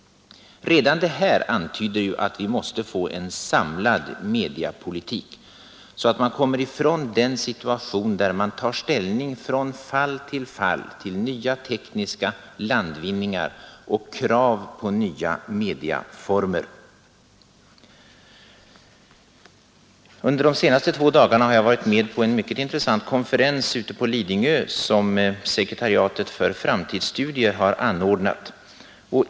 Redan detta antyder att vi måste få en samlad mediapolitik så att vi kommer ifrån situationen där man tar ställning från fall till fall till nya tekniska landvinningar och krav på nya mediaformer. Under de senaste två dagarna har jag varit med på en mycket intressant konferens ute på Lidingö som sekretariatet för framtidsstudier hade anordnat.